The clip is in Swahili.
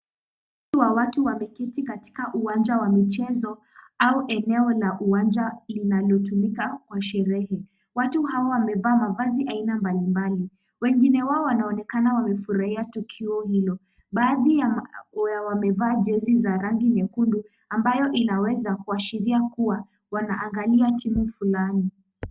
Kundi la watu wameketi katika uwanja wa michezo au eneo la uwanja linalotumika kwa sherehe. Watu hawa wamevaa mavazi aina mbalimbali. Wengine wao wanaonekana wamefurahia tukio hilo. Baadhi yao wamevaa jezi za rangi nyekundu ambayo inaweza kuashiria kuwa wanaangalia timu fulani.